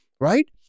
right